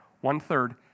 one-third